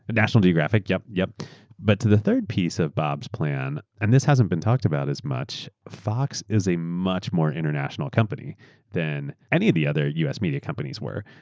and national geographic, yup, but to the third piece of bob's plan and this hasn't been talked about as much, fox is a much more international company than any of the other us media companies were.